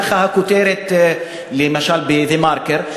זו הכותרת למשל ב"דה-מרקר".